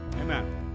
Amen